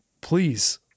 Please